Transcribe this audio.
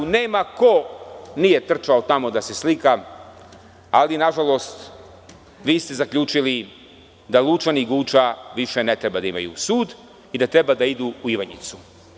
Nema ko nije trčao tamo da se slika, ali nažalost, zaključili ste da Lučani i Guča više ne treba da imaju sud i da treba da idu u Ivanjicu.